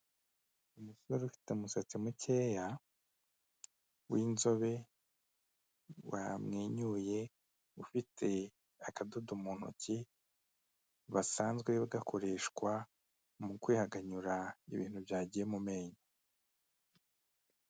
Umusore ufite umusatsi mukeya w'inzobe wamwenyuye, ufite akadodo mu ntoki basanzwe gakoreshwa mu kwihaganyura ibintu byagiye mu menyo.